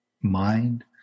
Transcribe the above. mind